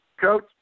Coach